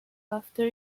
after